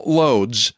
loads